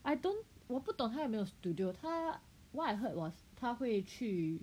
I don't 我不懂他有没有 studio 他 what I heard was 他会去